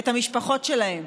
את המשפחות שלהם.